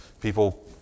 people